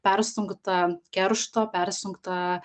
persunkta keršto persunkta